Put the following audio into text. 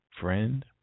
friend